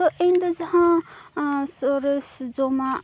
ᱛᱚ ᱤᱧᱫᱚ ᱡᱟᱱᱟᱸ ᱥᱚᱨᱮᱥ ᱡᱚᱢᱟᱜ